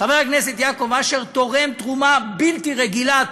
חבר הכנסת יעקב אשר תורם תרומה בלתי רגילה.